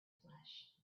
flesh